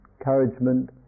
encouragement